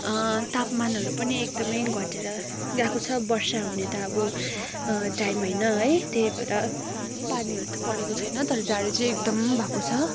तापमानहरू पनि एकदमै घटेर गएको छ वर्षा हुने त अब टाइम होइन है त्यही भएर पानीहरू त परेको छैन तर जाडो चाहिँ एकदम भएको छ